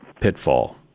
pitfall